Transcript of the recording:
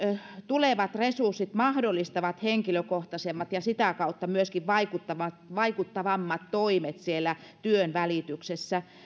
tulevat resurssit mahdollistavat henkilökohtaisemmat ja sitä kautta myöskin vaikuttavammat toimet työnvälityksessä